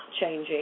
changing